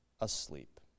asleep